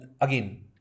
again